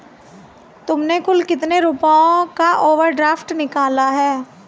तुमने कुल कितने रुपयों का ओवर ड्राफ्ट निकाला है?